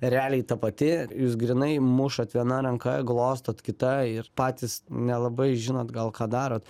realiai ta pati jūs grynai mušat viena ranka glostot kita ir patys nelabai žinot gal ką darot